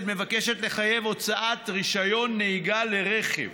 מבקשת לחייב הוצאת רישיון נהיגה לרכב